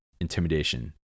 intimidation